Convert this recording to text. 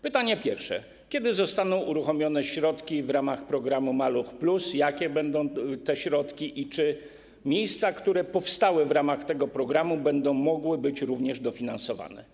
Pytanie pierwsze: Kiedy zostaną uruchomione środki w ramach programu ˝Maluch+˝, jakie będą te środki i czy miejsca, które powstały w ramach tego programu, będą mogły być również dofinansowane?